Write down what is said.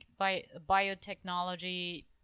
biotechnology